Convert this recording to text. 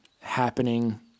happening